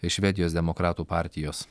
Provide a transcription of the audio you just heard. švedijos demokratų partijos